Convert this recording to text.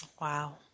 Wow